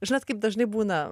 žinot kaip dažnai būna